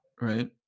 right